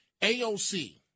AOC